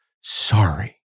sorry